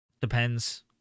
Depends